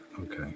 okay